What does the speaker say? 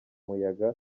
muyaga